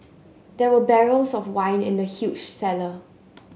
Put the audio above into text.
there were barrels of wine in the huge cellar